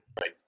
Right